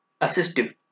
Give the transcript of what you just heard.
assistive